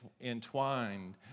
entwined